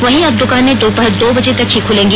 वहीं अब दुकानें दोपहर दो बजे तक ही खुलेंगी